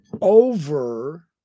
over